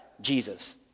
Jesus